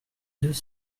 deux